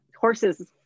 horse's